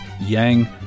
Yang